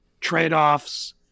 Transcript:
trade-offs